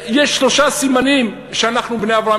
יש שלושה סימנים שאנחנו בני אברהם,